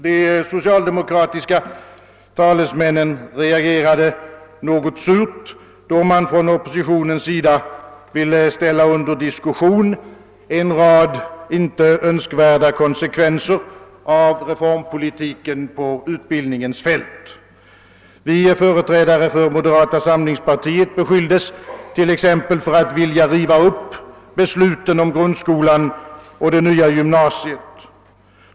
De socialdemokratiska talesmännen reagerade något surt, då man från oppositionens sida ville ställa under diskussion en rad inte önskvärda konsekvenser av reformpolitiken på utbildningens fält. Vi företrädare för moderata samlingspartiet beskylldes t.ex. för att vilja riva upp besluten om grundskolan och det nya gymnasiet.